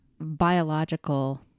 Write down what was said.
biological